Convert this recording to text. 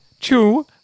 two